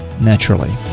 naturally